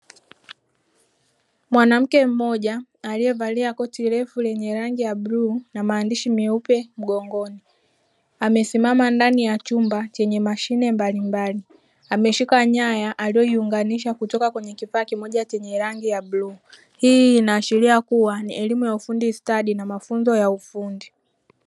Mwanamke mmoja aliyevalia koti refu lenye rangi ya bluu na maandishi meupe mgongoni amesimama ndani ya chumba chenye mashine mbalimbali, ameshika nyaya aliyoiunganisha kutoka kwenye kifaa kimoja chenye rangi ya bluu hii inaashiria kuwa ni elimu ya ufundi stadi na mafunzo ya ufundi.